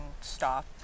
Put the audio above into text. stop